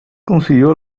consiguió